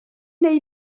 neu